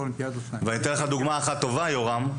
אני אתן לך דוגמה אחת טובה יורם,